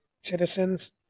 citizens